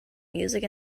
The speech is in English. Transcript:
music